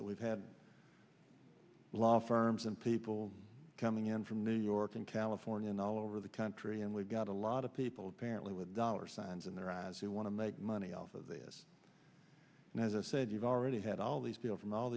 that we've had law firms and people coming in from new york and california and all over the country and we've got a lot of people apparently with dollar signs in their eyes who want to make money off of this and as i said you've already had all these people from all